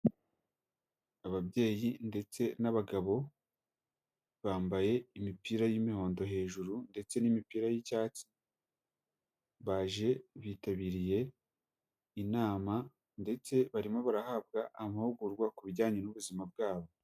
Ababyeyi ndetse n'abagabo bambaye imipira y'imihondo hejuru ndetse n'imipira y'icyatsi baje bitabiriye inama ndetse barimo barahabwa amahugurwa ku bijyanye n'ubuzima bwabo.